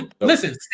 Listen